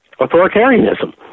authoritarianism